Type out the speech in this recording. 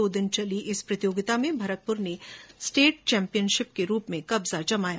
दो दिन चली इस प्रतियोगिता में भरतपुर ने स्टेट चैम्पियनशिप पर कब्जा जमाया